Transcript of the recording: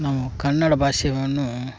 ನಾವು ಕನ್ನಡ ಭಾಷೆಯನ್ನು